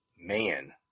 Man